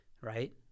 right